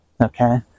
okay